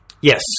Yes